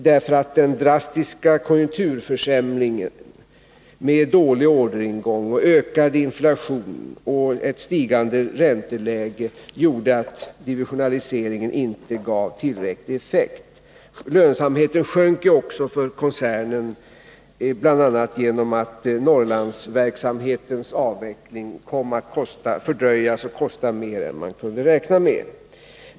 Den drastiska konjunkturförsämringen med dålig orderingång, ökad inflation och stigande ränteläge gjorde ju att divisionaliseringen inte gav tillräcklig effekt. Lönsamheten sjönk också för koncernen, bl.a. genom att Norrlandsverksamhetens avveckling kom att fördröjas och kosta mer än man kunde räkna med.